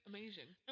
Amazing